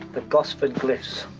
the gosford glyphs